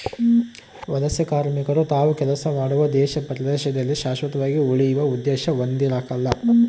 ವಲಸೆಕಾರ್ಮಿಕರು ತಾವು ಕೆಲಸ ಮಾಡುವ ದೇಶ ಪ್ರದೇಶದಲ್ಲಿ ಶಾಶ್ವತವಾಗಿ ಉಳಿಯುವ ಉದ್ದೇಶ ಹೊಂದಿರಕಲ್ಲ